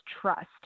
trust